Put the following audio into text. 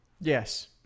Yes